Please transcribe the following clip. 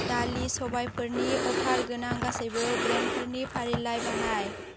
दालि सबायफोरनि अफार गोनां गासैबो ब्रेन्डफोरनि फारिलाइ बानाय